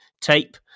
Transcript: tape